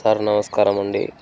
sir నమస్కారం అండి